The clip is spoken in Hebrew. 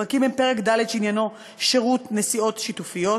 הפרקים הם פרק ד', שעניינו שירות נסיעות שיתופיות,